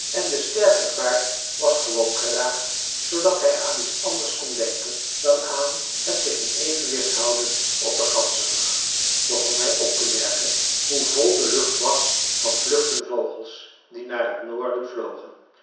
en de sterke vaart was gewoon geraakt zoodat hij aan iets anders kon denken dan aan het zich in evenwicht houden op den ganzerug begon hij op te merken hoe vol de lucht was van vluchten vogels die naar het noorden vlogen